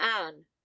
anne